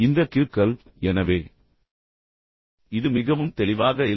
இந்த கிறுக்கல் எனவே இது மிகவும் தெளிவாக இல்லை